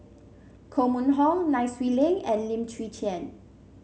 Koh Mun Hong Nai Swee Leng and Lim Chwee Chian